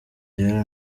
rero